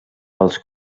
pels